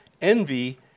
Envy